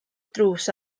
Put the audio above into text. drws